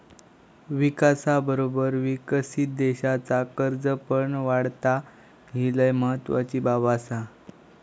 विकासाबरोबर विकसित देशाचा कर्ज पण वाढता, ही लय महत्वाची बाब आसा